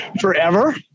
forever